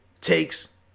takes